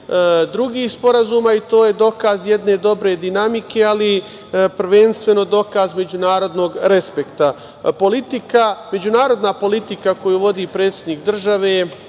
drugih sporazuma i to je dokaz jedne dobre dinamike, ali prvenstveno dokaz međunarodnog respekta.Međunarodna politika koju vodi predsednik države,